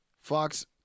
Fox